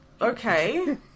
Okay